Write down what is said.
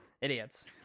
Idiots